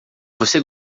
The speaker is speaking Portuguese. você